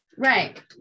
right